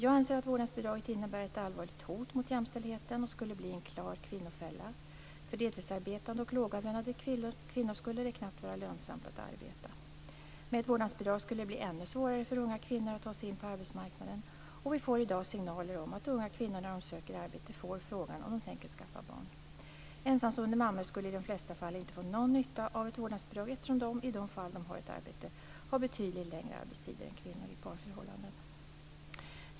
Jag anser att vårdnadsbidraget innebär ett allvarligt hot mot jämställdheten och att det skulle bli en klar kvinnofälla. För deltidsarbetande och lågavlönade kvinnor skulle det knappt bli lönsamt att arbeta. Med ett vårdnadsbidrag skulle det bli ännu svårare för unga kvinnor att ta sig in på arbetsmarknaden. Vi får i dag signaler om att unga kvinnor när de söker arbete får frågan om de tänker skaffa barn. Ensamstående mammor skulle i de flesta fall inte få någon nytta av ett vårdnadsbidrag eftersom de - i de fall att de har ett arbete - har betydligt längre arbetstider än kvinnor i parförhållanden.